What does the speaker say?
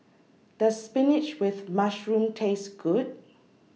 Does Spinach with Mushroom Taste Good